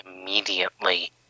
immediately